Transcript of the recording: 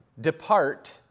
depart